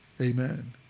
Amen